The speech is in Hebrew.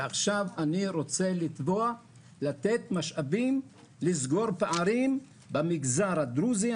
עכשיו אני רוצה לתת משאבים לסגור פערים במגזר הדרוזי,